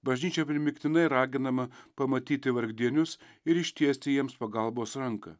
bažnyčia primygtinai raginama pamatyti vargdienius ir ištiesti jiems pagalbos ranką